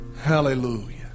Hallelujah